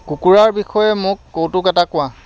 কুকুৰাৰ বিষয়ে মোক কৌতুক এটা কোৱা